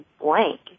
blank